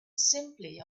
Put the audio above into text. simply